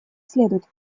следует